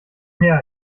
her